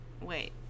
wait